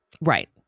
Right